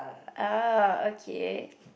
oh okay